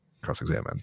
cross-examined